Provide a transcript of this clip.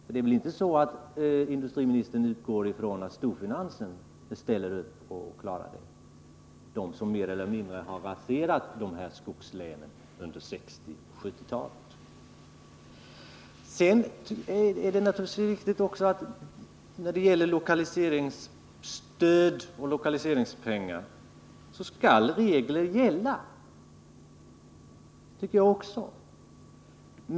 Det är väl inte så att industriministern utgår ifrån att storfinansen ställer upp och klarar detta — den storfinans som mer eller mindre har raserat dessa skogslän under 1960 och 1970-talen. Sedan är det naturligtvis riktigt att regler skall gälla för lokaliseringsstöd och lokaliseringspengar — det tycker jag också.